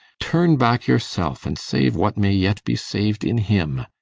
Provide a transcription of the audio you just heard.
turn back yourself, and save what may yet be saved in him.